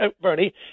Bernie